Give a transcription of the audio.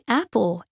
apple